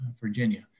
Virginia